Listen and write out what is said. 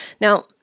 Now